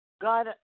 God